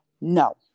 No